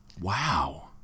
Wow